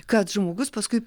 kad žmogus paskui